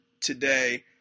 today